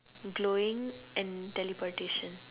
glowing and teleportation